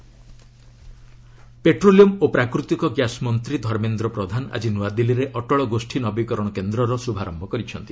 ନୀତି Aayog innovation petroleum ଓ ପ୍ରାକୃତିକ ଗ୍ୟାସ୍ ମନ୍ତ୍ରୀ ଧର୍ମେନ୍ଦ୍ର ପ୍ରଧାନ ଆଜି ନ୍ତଆଦିଲ୍ଲୀରେ ଅଟଳ ଗୋଷୀ ନବୀକରଣ କେନ୍ଦ୍ରର ଶୁଭାରମ୍ଭ କରିଛନ୍ତି